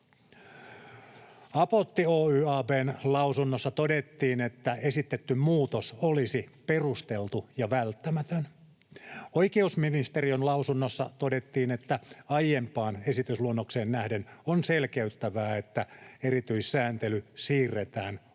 Apotti Ab:n lausunnossa todettiin, että esitetty muutos olisi perusteltu ja välttämätön. Oikeusministeriön lausunnossa todettiin, että aiempaan esitysluonnokseen nähden on selkeyttävää, että erityissääntely siirretään osaksi